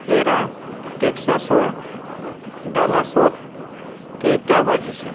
হেৰা টেক্সাছৰ ডালাছত কেইটা বাজিছে